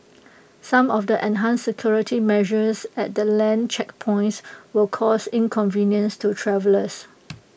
some of the enhanced security measures at the land checkpoints will cause inconvenience to travellers